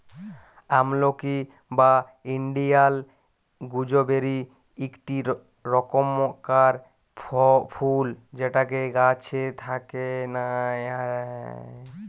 আমলকি বা Indian gooseberry ইকটি রকমকার ফুল যেটা গাছে থাক্যে